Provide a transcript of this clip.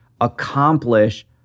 accomplish